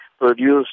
produced